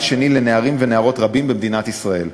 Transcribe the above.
שני לנערים ונערות רבים במדינת ישראל.